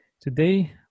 Today